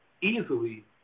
easily